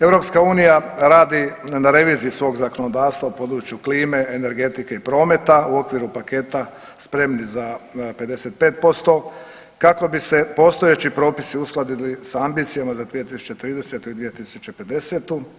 EU radi na reviziji svog zakonodavstva u području klime, energetike i prometa u okviru paketa spremni za 55% kako bi se postojeći propisi uskladili sa ambicijama za 2030.i 2050.